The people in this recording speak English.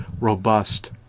robust